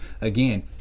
again